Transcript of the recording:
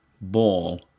ball